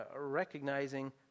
recognizing